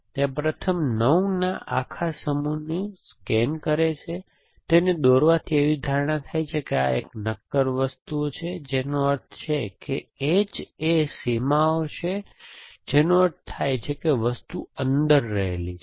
તે પ્રથમ 9 ના આખા સમૂહનું સ્કેન કરે છે તેને દોરવાથી એવી ધારણા થાય છે કે આ એક નક્કર વસ્તુઓ છે જેનો અર્થ એ છે કે એજ એ સીમાઓ છે જેનો અર્થ થાય છે કે વસ્તુ અંદર રહેલ છે